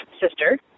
sister